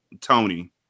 Tony